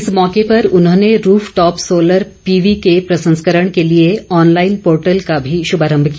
इस मौके पर उन्होंने रूफ टॉप सोलर पीवी के प्रसंस्करण के लिए ऑनलाईन पोर्टल का भी शुभारम्भ किया